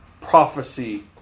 prophecy